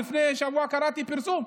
לפני שבוע קראתי פרסום,